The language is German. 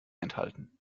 enthalten